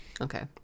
Okay